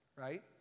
right